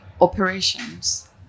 operations